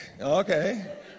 Okay